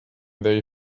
they